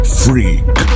freak